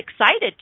excited